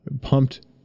pumped